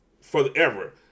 forever